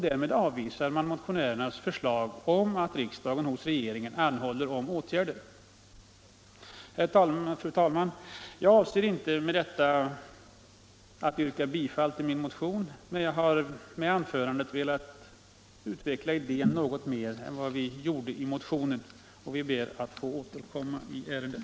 Därmed avvisar man motionärernas förslag om att riksdagen hos regeringen anhåller om åtgärder. Fru talman! Jag avser inte att yrka bifall till motionen, men jag har med mitt anförande velat utveckla idén något mera än vad vi gjorde i motionen. Vi får återkomma i ärendet.